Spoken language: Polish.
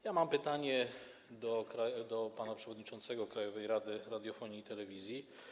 Ja mam pytanie do pana przewodniczącego Krajowej Rady Radiofonii i Telewizji.